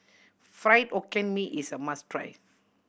Fried Hokkien Mee is a must try